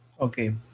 Okay